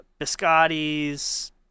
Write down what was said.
biscottis